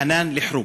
חנאן אל-חרוב,